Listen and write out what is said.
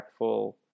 impactful